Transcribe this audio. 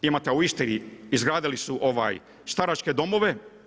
Imate u Istri, izgradili su staračke domove.